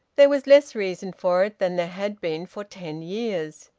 there was less reason for it than there had been for ten years.